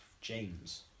James